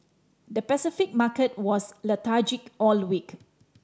the Pacific market was lethargic all week